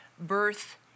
Birth